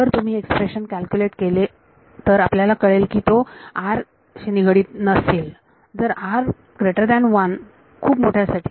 जर तुम्ही हे एक्सप्रेशन कॅल्क्युलेट केले तर आपल्याला कळेल की तो r निगडीत नसेल जर r 1 खूप मोठ्या साठी